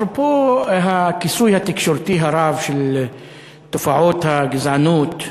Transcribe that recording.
אפרופו הכיסוי התקשורתי הרב של תופעות הגזענות,